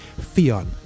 fion